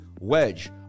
wedge